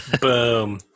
Boom